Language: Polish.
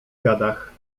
gadach